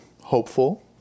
hopeful